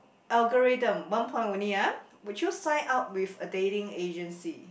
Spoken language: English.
algorithm one point only ah would you sign up with a dating agency